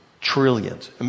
Trillions